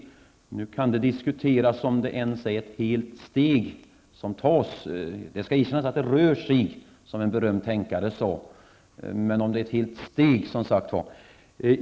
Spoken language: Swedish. Nu kan det diskuteras om det ens är fråga om att det är ett helt steg som tas. Visserligen rör det sig, som en berömd tänkare har sagt, men det är tveksamt om det rör sig om ett helt steg.